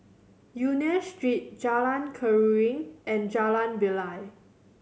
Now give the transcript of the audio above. Union Street Jalan Keruing and Jalan Bilal